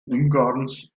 ungarns